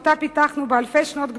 שפיתחנו באלפי שנות גלות,